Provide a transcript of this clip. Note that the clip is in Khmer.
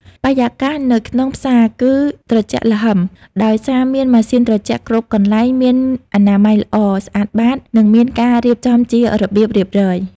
បរិយាកាសនៅក្នុងផ្សារគឺត្រជាក់ល្ហឹមដោយសារមានម៉ាស៊ីនត្រជាក់គ្រប់កន្លែង មានអនាម័យល្អ ស្អាតបាត និងមានការរៀបចំជារបៀបរៀបរយ។